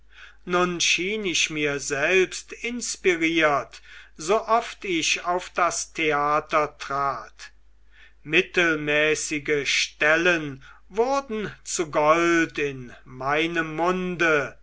nun schien ich mir selbst inspiriert sooft ich auf das theater trat mittelmäßige stellen wurden zu gold in meinem munde